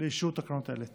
לאישור תקנות אלה.